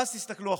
ואז תסתכלו החוצה,